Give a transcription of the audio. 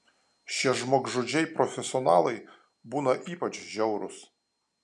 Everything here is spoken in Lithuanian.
šie žmogžudžiai profesionalai būna ypač žiaurūs